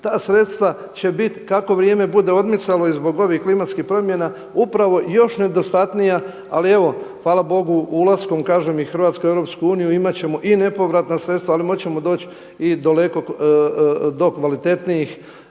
ta sredstva će biti kako vrijeme bude odmicalo i zbog ovih klimatskih promjena, upravo još nedostatnija, ali evo hvala bogu ulaskom i Hrvatske u Europsku uniju imat ćemo i nepovratna sredstva, ali moći ćemo doći i do kvalitetnijih